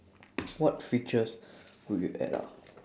what features would you add ah